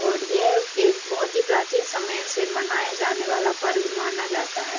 और यह एक बहुत ही प्राचीन समय से मनाया जाने वाला पर्व माना जाता है